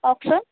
কওকচোন